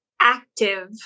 active